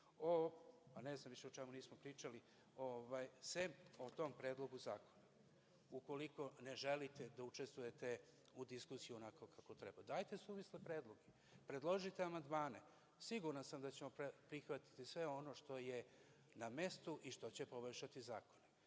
o Železari, o čemu nismo, sem o tom predlogu zakona. Ukoliko ne želite da učestvujete u diskusiji onako kako treba, dajte suvisle predloge, predložite amandmane, siguran sam da ćemo prihvatiti sve ono što je na mestu i što će poboljšati zakon.